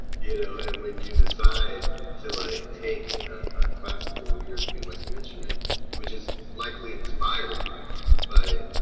you know? and when you decide to like take a classical ah european western instrument which is likely inspired by,